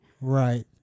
Right